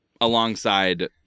alongside